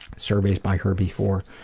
surveys by her before.